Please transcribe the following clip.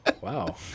Wow